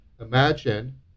Imagine